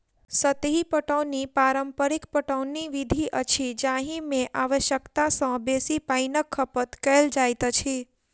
सतही पटौनी पारंपरिक पटौनी विधि अछि जाहि मे आवश्यकता सॅ बेसी पाइनक खपत कयल जाइत अछि